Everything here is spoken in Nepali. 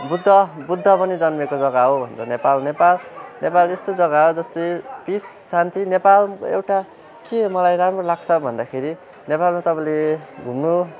बुद्ध बुद्ध पनि जन्मेको जग्गा हो भनेर नेपाल नेपाल यस्तो जग्गा हो जस्तै पिस शान्ति नेपाल एउटा के मलाई राम्रो लाग्छ भन्दाखेरि नेपालमा तपाईँले घुम्नु